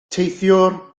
teithiwr